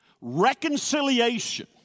reconciliation